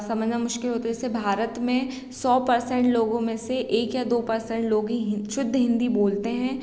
समझना मुश्किल होता है जैसे भारत में सौ पर्सेंट लोगों में से एक या दो पर्सेंट लोग ही हीं शुद्ध हिंदी बोलते हैं